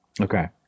Okay